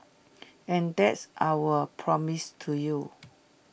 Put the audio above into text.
and that's our promise to you